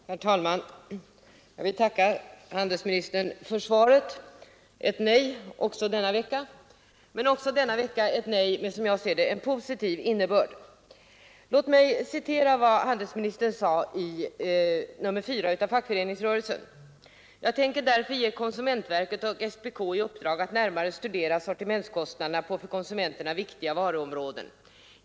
Herr talman! Jag vill tacka handelsministern för svaret på min enkla fråga — ett nej också denna vecka, men även denna gång ett nej med, som jag ser det, en positiv innebörd. Låt mig citera vad handelsministern sade i nr 4 av Fackföreningsrörelsen: ”Jag tänker därför ge konsumentverket och SPK i uppdrag att närmare studera sortimentskostnaderna på för konsumenterna viktiga varuområden.